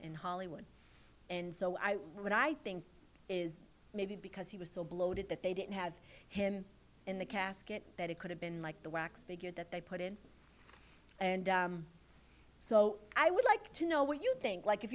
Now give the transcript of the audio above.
in hollywood and so i would i think is maybe because he was so bloated that they didn't have him in the casket that it could have been like the wax figure that they put in and so i would like to know what you think like if